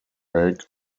egg